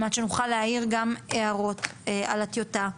על-מנת שנוכל להעיר גם הערות על הטיוטה.